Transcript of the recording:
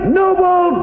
noble